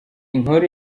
inkuru